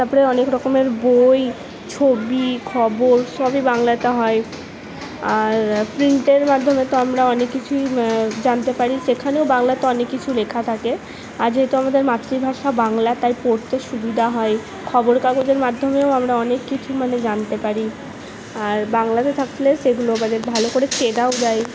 তারপরে অনেক রকমের বই ছবি খবর সবই বাংলাতে হয় আর প্রিন্টের মাধ্যমে তো আমরা অনেক কিছুই জানতে পারি সেখানেও বাংলাতে অনেক কিছু লেখা থাকে আর যেহেতু আমাদের মাতৃভাষা বাংলা তাই পড়তে সুবিধা হয় খবরে কাগজের মাধ্যমেও আমরা অনেক কিছুই মানে জানতে পারি আর বাংলাতে থাকলে সেগুলো মানে ভালো করে চেনাও যায়